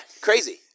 crazy